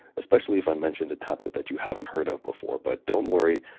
especially if i mentioned a tablet that you haven't heard of before. but don't worry,